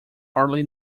hardly